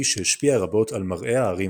שהשפיע רבות על מראה הערים המודרניות.